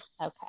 okay